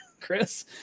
chris